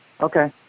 Okay